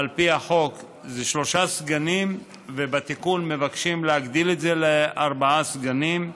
על פי החוק זה שלושה סגנים ובתיקון מבקשים להגדיל את זה לארבעה סגנים,